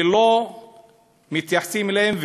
ולא מתייחסים אליהם,